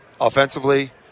Offensively